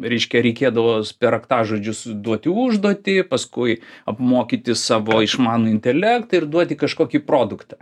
reiškia reikėdavo per raktažodžius duoti užduotį paskui apmokyti savo išmanų intelektą ir duoti kažkokį produktą